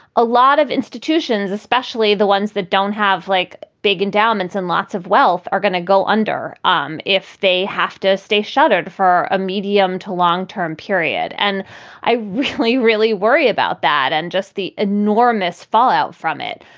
a lot of institutions, especially the ones that don't have like big endowments and lots of wealth, are going to go under um if they have to stay shuttered for a medium to long term period. and i really, really worry about that. and just the enormous fallout from it.